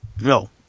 No